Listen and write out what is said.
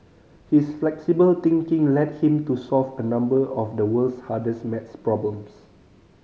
his flexible thinking led him to solve a number of the world's hardest maths problems